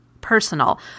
personal